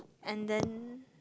and then